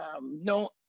no